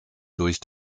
durch